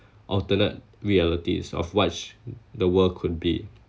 alternate realities of what the world could be